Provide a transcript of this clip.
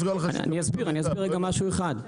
מה זה מפריע לך ש --- אני אסביר רגע משהו אחד.